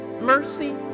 mercy